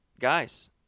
guys